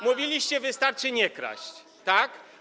Mówiliście: wystarczy nie kraść, tak?